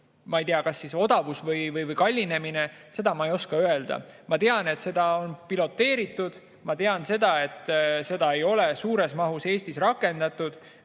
ma ei tea, kas odavnemine või kallinemine, seda ma ei oska öelda. Ma tean, et seda on piloteeritud, ma tean, et seda ei ole suures mahus Eestis rakendatud.